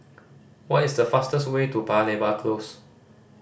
what is the fastest way to Paya Lebar Close